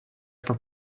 for